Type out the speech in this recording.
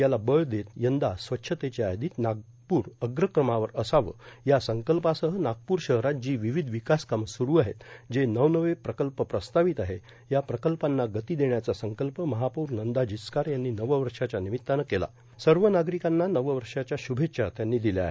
याला बळ देत यंदा स्वच्छतेच्या यादीत नागपूर अग्रक्रमावर असावे या संकल्पासह नागपूर शहरात जी र्वावध र्यावकासकामे सुरू आहेत जे नवनवे प्रकल्प प्रस्तार्वत आहे या प्रकल्पांना गती देण्याचा संकल्प महापौर नंदा जिचकार यांनी नववषाच्या र्नामत्तानं केला असून सव नार्गारकांना नववषाच्या शूभेच्या दिल्या आहेत